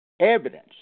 Evidence